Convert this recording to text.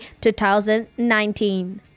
2019